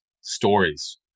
stories